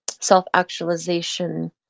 self-actualization